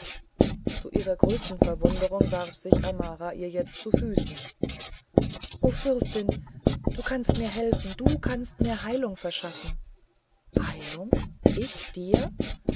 zu ihrer größten verwunderung warf sich amara ihr jetzt zu füßen o fürstin du kannst mir helfen du kannst mir heilung verschaffen heilung ich dir